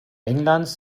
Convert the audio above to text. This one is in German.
englands